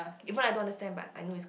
even I don't understand but I know it's good